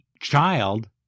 child